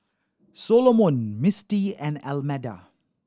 Solomon Misti and Almeda